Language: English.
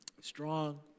strong